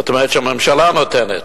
זאת אומרת שהממשלה נותנת,